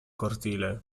cortile